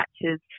matches